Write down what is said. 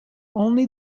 only